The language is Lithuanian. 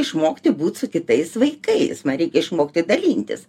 išmokti būt su kitais vaikais man reikia išmokti dalintis